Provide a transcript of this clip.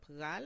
pral